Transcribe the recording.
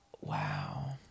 Wow